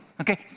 Okay